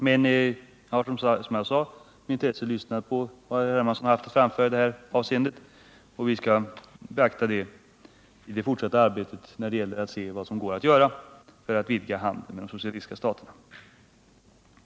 Men jag har som sagt med intresse lyssnat på vad herr Hermansson har haft att säga i det här avseendet, och vi skall beakta det i det fortsatta arbetet på att försöka vidga handeln med de socialistiska staterna.